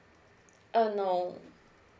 err no